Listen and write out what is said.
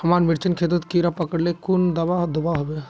हमार मिर्चन खेतोत कीड़ा पकरिले कुन दाबा दुआहोबे?